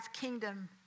kingdom